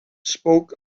spoke